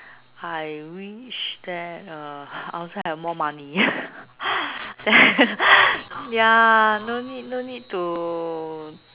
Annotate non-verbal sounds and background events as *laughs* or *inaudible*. I wish that uh I also have more money *noise* ya *laughs* no need no need to